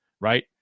right